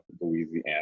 Louisiana